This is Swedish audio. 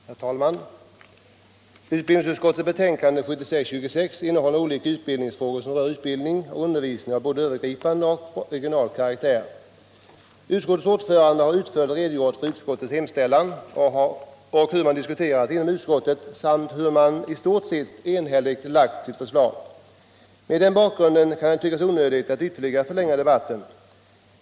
Herr talman! Utbildningsutskottets betänkande 1975/76:26 innehåller olika utbildningsfrågor, som rör utbildning och undervisning av både övergripande och regional karaktär. Utskottets ordförande har utförligt redogjort för utskottets hemställan, hur man diskuterat inom utskottet samt hur man, i stort sett enigt, framlagt sitt förslag. Mot den bakgrunden kan det synas onödigt att ytterligare förlänga debatten.